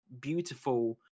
beautiful